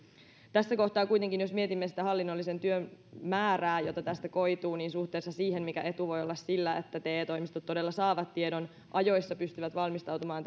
tässä kohtaa kuitenkin jos mietimme sitä hallinnollisen työn määrää jota tästä koituu niin suhteessa siihen mikä etu voi olla sillä että te toimistot todella saavat tiedon ajoissa pystyvät valmistautumaan